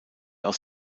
aus